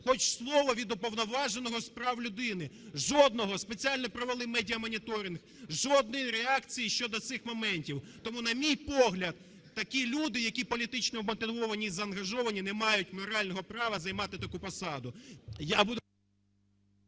хоч слово від Уповноваженого з прав людини? Жодного. Спеціально провели медіамоніторинг – жодної реакції щодо цих моментів. Тому на мій погляд, такі люди, які політично вмотивовані і заангажовані, не мають морального права займати таку посаду.